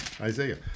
Isaiah